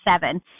seven